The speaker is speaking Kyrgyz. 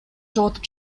жоготуп